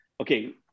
okay